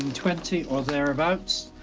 twenty or thereabouts.